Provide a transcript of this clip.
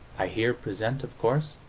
i here present, of course,